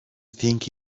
think